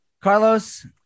Carlos